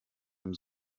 dem